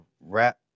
rap